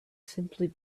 simply